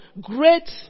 great